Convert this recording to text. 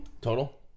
Total